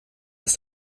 ist